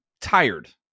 tired